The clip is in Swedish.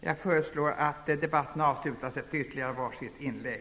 Jag föreslår att debatten avslutas efter ytterligare var sitt inlägg.